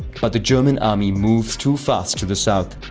but the german army moves too fast to the south.